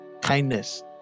kindness